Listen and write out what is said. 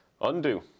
undo